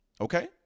Okay